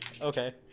Okay